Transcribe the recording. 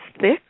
thick